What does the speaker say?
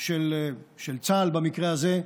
של צה"ל במקרה הזה,